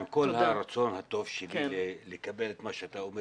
עם כל הרצון הטוב שלי לקבל את מה שאתה אומר